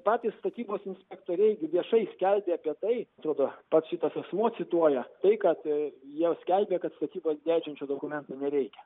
patys statybos inspektoriai gi viešai skelbė apie tai atrodo pats šitas asmuo cituoja tai kad jie skelbė kad statybas leidžiančių dokumentų nereikia